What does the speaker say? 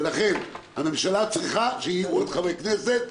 לכן הממשלה צריכה שיהיו עוד חברי כנסת,